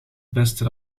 beste